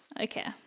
Okay